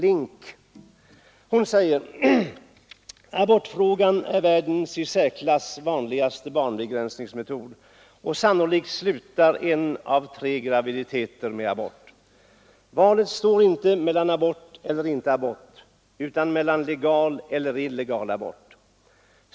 Det heter där: ”1) Abort är världens i särklass vanligaste barnbegränsningsmetod, och sannolikt slutar en av tre graviditeter med abort ———. 3) Valet står inte mellan abort eller inte abort, utan mellan legal abort och illegal abort.